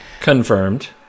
Confirmed